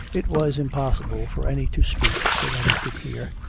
it was impossible for any to speak so that he could hear,